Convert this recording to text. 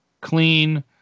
clean